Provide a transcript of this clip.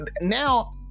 now